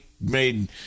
made